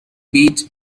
beach